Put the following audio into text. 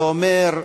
ואומר: